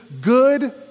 good